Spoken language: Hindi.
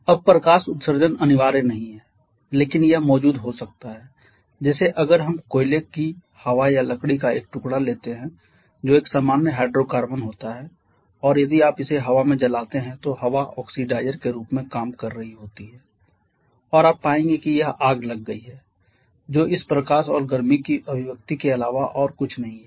अब प्रकाश उत्सर्जन अनिवार्य नहीं है लेकिन यह मौजूद हो सकता है जैसे अगर हम कोयले की हवा या लकड़ी का एक टुकड़ा लेते हैं जो एक सामान्य हाइड्रोकार्बन होता है और यदि आप इसे हवा में जलाते हैं तो हवा ऑक्सिडाइज़र के रूप में काम कर रही होती है और आप पाएंगे की यह आग लग गई है जो इस प्रकाश और गर्मी की अभिव्यक्ति के अलावा और कुछ नहीं है